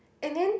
and then